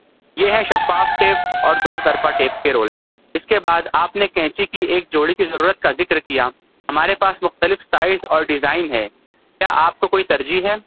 یہ ہیں شفاف ٹیپ اور دو طرفہ ٹیپ کے رول اس کے بعد آپ نے قینچی کی ایک جوڑی کی ضرورت کا ذکر کیا ہمارے پاس مختلف سائز اور ڈیزائن ہے کیا آپ کو کوئی ترجیح ہے